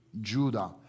Judah